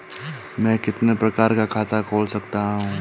मैं कितने प्रकार का खाता खोल सकता हूँ?